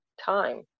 time